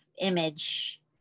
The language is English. image